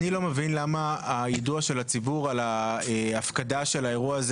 אני לא מבין למה היידוע של הציבור על ההפקדה של האירוע הזה